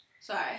Sorry